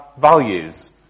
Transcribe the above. values